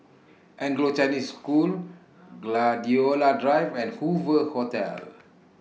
Anglo Chinese School Gladiola Drive and Hoover Hotel